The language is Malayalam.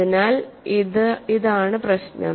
അതിനാൽ ഇതാണ് പ്രശ്നം